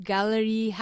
Gallery